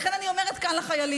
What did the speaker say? לכן אני אומרת כאן לחיילים,